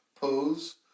pose